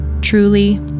Truly